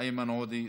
איימן עודה,